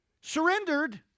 Surrendered